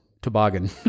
Toboggan